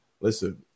Listen